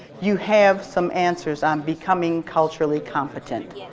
you have some answers on becoming culturally competent